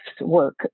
work